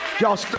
y'all